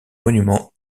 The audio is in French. monuments